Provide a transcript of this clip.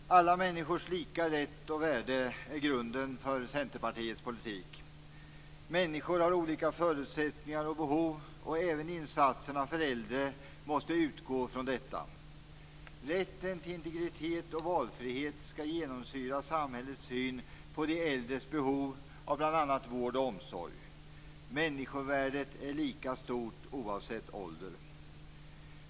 Fru talman! Alla människors lika rätt och värde är grunden för Centerpartiets politik. Människor har olika förutsättningar och behov, och även insatserna för de äldre måste utgå från detta. Rätten till integritet och valfrihet skall genomsyra samhällets syn på de äldres behov av bl.a. vård och omsorg. Människovärdet är lika stort oavsett ålder.